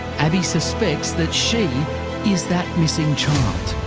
abii suspects that she is that missing child.